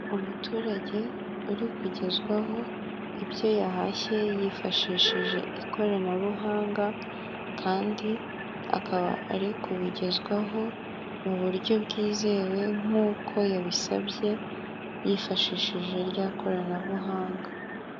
Umuturage uri kugezwaho ibyo yahashye yifashishije ikoranabuhanga, kandi akaba ari kubigezwaho mu buryo bwizewe nkuko yabisabye yifashishije rya koranabuhanga.